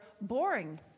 boring